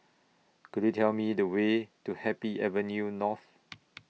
Could YOU Tell Me The Way to Happy Avenue North